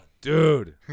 Dude